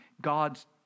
God's